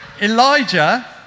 Elijah